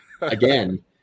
again